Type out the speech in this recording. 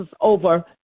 over